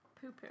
Poo-poo